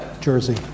jersey